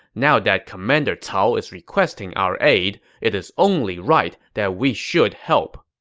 now that commander cao is requesting our aid, it is only right that we should help.